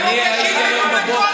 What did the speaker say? אני הייתי בבוקר,